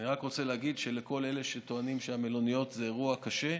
אני רק רוצה להגיד לכל אלה שטוענים שהמלוניות זה אירוע קשה: